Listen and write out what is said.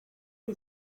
you